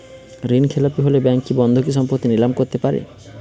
ঋণখেলাপি হলে ব্যাঙ্ক কি বন্ধকি সম্পত্তি নিলাম করতে পারে?